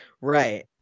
Right